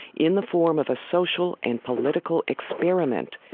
in the form of a social and political experiment,